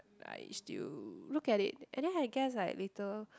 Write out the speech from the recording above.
I still look at it and then I guess like later